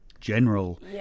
general